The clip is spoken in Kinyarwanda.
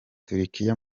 turukiya